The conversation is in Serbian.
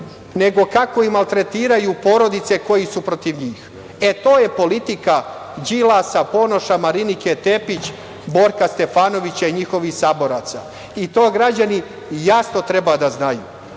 nego i kako maltretiraju porodice koji su protiv njih. To je politika Đilasa, Ponoša, Marinike Tepić, Borka Stefanovića i njihovih saboraca. To građani jasno treba da znaju. Na